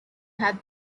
had